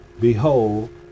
Behold